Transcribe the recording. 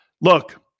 look